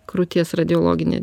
krūties radiologinė